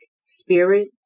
spirit